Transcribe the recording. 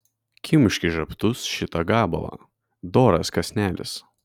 kimšk į žabtus šitą gabalą doras kąsnelis